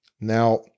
Now